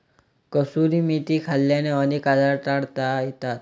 कसुरी मेथी खाल्ल्याने अनेक आजार टाळता येतात